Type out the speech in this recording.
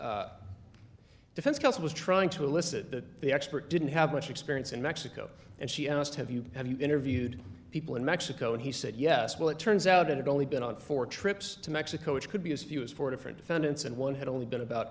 the defense counsel was trying to illicit the expert didn't have much experience in mexico and she asked have you have you interviewed people in mexico and he said yes well it turns out it had only been on four trips to mexico which could be as few as four different defendants and one had only been about